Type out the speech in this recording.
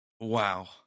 Wow